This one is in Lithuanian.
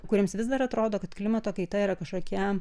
kuriems vis dar atrodo kad klimato kaita yra kažkokia